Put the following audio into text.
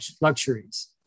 luxuries